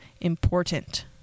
important